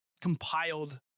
compiled